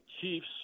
chiefs